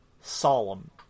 solemn